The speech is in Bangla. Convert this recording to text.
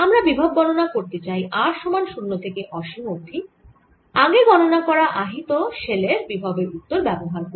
আমরা বিভব গণনা করতে চাই r সমান 0 থেকে অসীম অবধি আগে গণনা করা আহিত শেল এর বিভবের উত্তর ব্যবহার করে